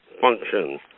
function